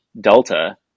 Delta